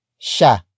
Sha